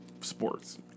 sports